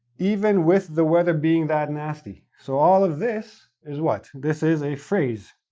even with the weather being that nasty. so all of this is what? this is a phrase.